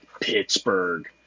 Pittsburgh –